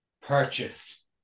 purchased